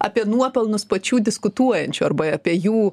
apie nuopelnus pačių diskutuojančių arba apie jų